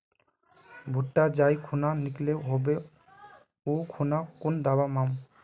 भुट्टा जाई खुना निकलो होबे वा खुना कुन दावा मार्मु?